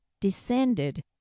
descended